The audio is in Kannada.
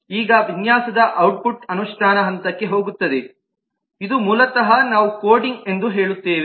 ಈಗ ವಿನ್ಯಾಸದ ಔಟ್ಪುಟ್ ಅನುಷ್ಠಾನ ಹಂತಕ್ಕೆ ಹೋಗುತ್ತದೆ ಇದು ಮೂಲತಃ ನಾವು ಕೋಡಿಂಗ್ ಎಂದು ಹೇಳುತ್ತೇವೆ